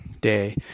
day